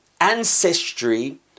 ancestry